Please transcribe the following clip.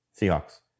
seahawks